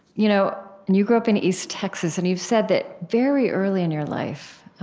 you know and you grew up in east texas. and you've said that very early in your life,